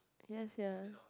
yes sia